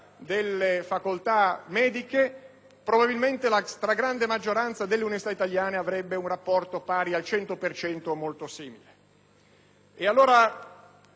delle facoltà mediche, probabilmente la stragrande maggioranza delle università italiane avrebbe un rapporto pari al 100 per cento o molto